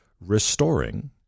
restoring